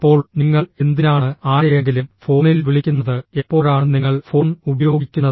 അപ്പോൾ നിങ്ങൾ എന്തിനാണ് ആരെയെങ്കിലും ഫോണിൽ വിളിക്കുന്നത് എപ്പോഴാണ് നിങ്ങൾ ഫോൺ ഉപയോഗിക്കുന്നത്